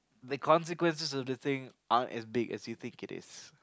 the consequences of the thing aren't as big as you think it is